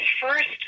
first